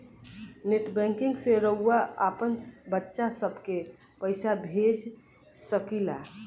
net banking से रउआ आपन बच्चा सभ के पइसा भेज सकिला